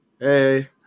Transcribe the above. Hey